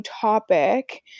topic